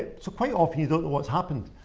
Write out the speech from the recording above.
so quite often you don't know what's happened.